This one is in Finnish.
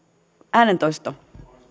äänentoisto